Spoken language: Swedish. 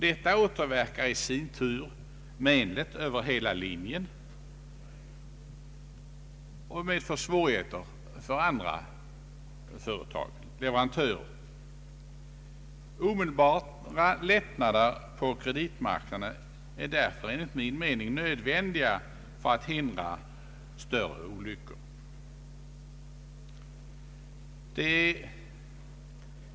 Detta återverkar i sin tur menligt över hela linjen och medför svårigheter för andra företag, t.ex. leverantörer. Omedelbara lättnader på kreditmarknaden är därför enligt min mening nödvändiga för att hindra större olyckor.